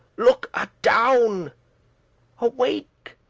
look adown awake,